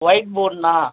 white போர்டுண்ணா